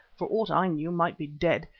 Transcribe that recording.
for aught i knew might be dead,